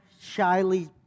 shyly